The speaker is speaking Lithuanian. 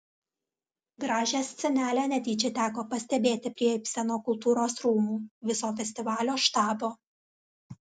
gražią scenelę netyčia teko pastebėti prie ibseno kultūros rūmų viso festivalio štabo